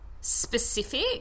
specific